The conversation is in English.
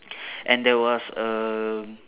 and there was um